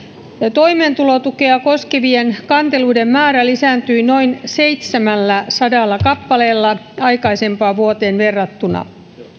toimeentulotukea koskevien kanteluiden määrä lisääntyi noin seitsemälläsadalla kappaleella aikaisempaan vuoteen verrattuna